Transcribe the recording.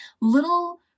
little